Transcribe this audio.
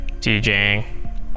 DJing